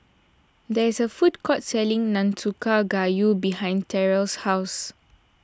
there is a food court selling Nanakusa Gayu behind Terell's house